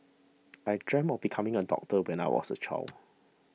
I dreamt of becoming a doctor when I was a child